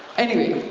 anyway,